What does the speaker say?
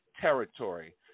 territory